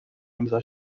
امضا